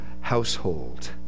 household